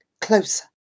closer